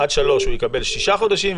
-- עד שלושה הוא יקבל שישה חודשים,